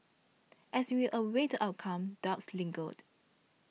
as she a awaited the outcome doubts lingered